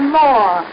more